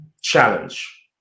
challenge